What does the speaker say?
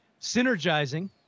synergizing